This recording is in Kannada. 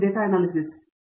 ಪ್ರತಾಪ್ ಹರಿಡೋಸ್ ಸರಿ